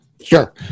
Sure